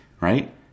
right